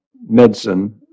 medicine